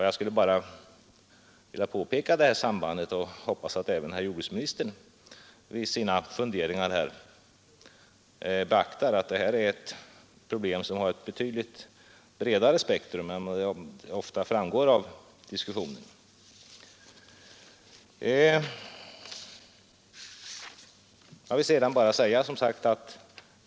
Jag vill alltså peka på det här sambandet och hoppas att även herr jordbruksministern vid sina funderingar beaktar att detta är ett problem som har ett betydligt bredare spektrum än vad det ofta framgår av diskussionen.